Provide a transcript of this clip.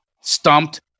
stumped